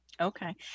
Okay